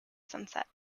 sunset